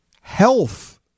health